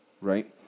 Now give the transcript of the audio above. right